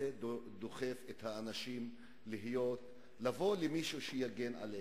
זה דוחף את האנשים לבוא למישהו שיגן עליהם.